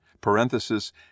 parenthesis